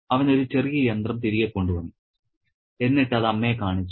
അവൻ ഒരു ചെറിയ യന്ത്രം തിരികെ കൊണ്ടുവന്നു എന്നിട്ട് അത് അമ്മയെ കാണിച്ചു